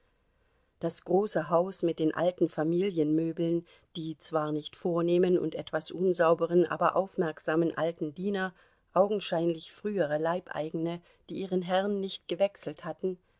das große haus mit den alten familienmöbeln die zwar nicht vornehmen und etwas unsauberen aber aufmerksamen alten diener augenscheinlich frühere leibeigene die ihren herrn nicht gewechselt hatten